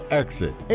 exit